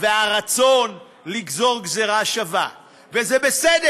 והרצון לגזור גזירה שווה, וזה בסדר.